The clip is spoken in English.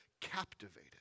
captivated